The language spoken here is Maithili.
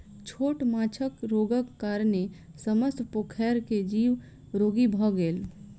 छोट माँछक रोगक कारणेँ समस्त पोखैर के जीव रोगी भअ गेल